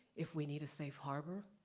if we need a safe harbor?